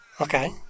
Okay